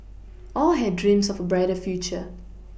all had dreams of a brighter future